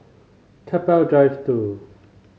Keppel Drive Two